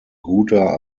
guter